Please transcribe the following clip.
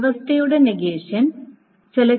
വ്യവസ്ഥയുടെ നെഗേഷൻ ആണ്